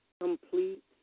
complete